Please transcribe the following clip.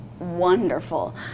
Wonderful